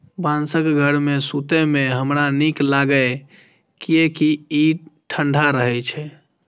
बांसक घर मे सुतै मे हमरा नीक लागैए, कियैकि ई ठंढा रहै छै